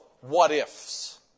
what-ifs